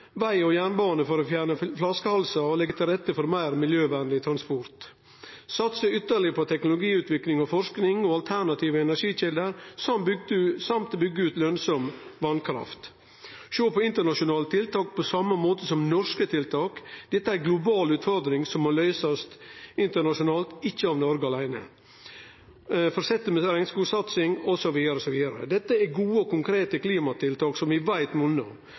veg og jernbane for å fjerne flaskehalsar og leggje til rette for meir miljøvenleg transport satse ytterlegare på teknologiutvikling og forsking og alternative energikjelder, og byggje ut lønsam vasskraft sjå på internasjonale tiltak på same måte som norske tiltak. Dette er ei global utfordring som må bli løyst internasjonalt, ikkje av Noreg aleine. Ein må òg fortsetje med regnskogsatsing, osv. Dette er gode og konkrete klimatiltak som vi veit monnar.